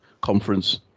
conference